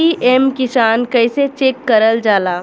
PM Kisan कइसे check करल जाला?